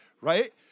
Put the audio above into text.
right